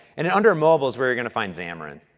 and and under mobile is where you're going to find xamarin.